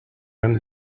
and